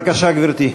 בבקשה, גברתי.